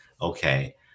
okay